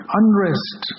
unrest